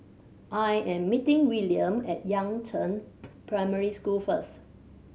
I am meeting Willaim at Yangzheng Primary School first